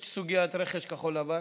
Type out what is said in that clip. יש את סוגיית רכש כחול לבן,